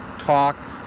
talk,